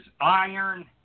iron